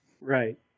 Right